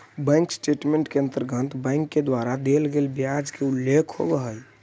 bank statement के अंतर्गत bank के द्वारा देल गेल ब्याज के उल्लेख होवऽ हइ